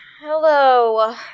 Hello